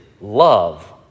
love